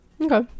Okay